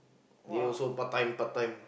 they also part time part time